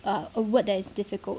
err a word that is difficult